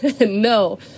No